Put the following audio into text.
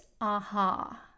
aha